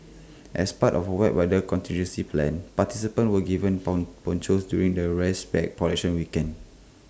as part of wet weather contingency plans participants were given pong ponchos during the race pack collection weekend